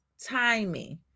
timing